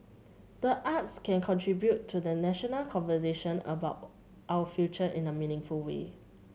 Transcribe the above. the arts can contribute to the national conversation about our future in a meaningful way